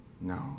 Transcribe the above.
No